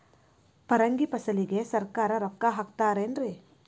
ಪರಂಗಿ ಫಸಲಿಗೆ ಸರಕಾರ ರೊಕ್ಕ ಹಾಕತಾರ ಏನ್ರಿ?